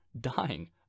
dying